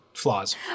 flaws